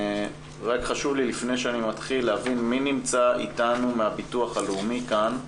חשוב לי לפני שאני מתחיל להבין מי נמצא אתנו מהביטוח הלאומי כאן.